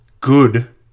good